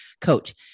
coach